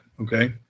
Okay